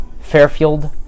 Fairfield